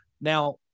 now